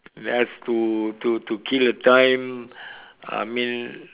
that is to to to kill the time I mean